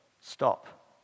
stop